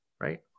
right